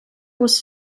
was